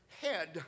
head